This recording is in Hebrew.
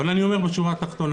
אבל אני אומר בשורה התחתונה: